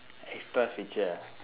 extra feature ah